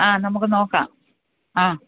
ആ നമുക്ക് നോക്കാം ആ